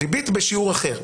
ריבית בשיעור אחר.